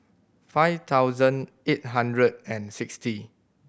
five thousand eight hundred and sixty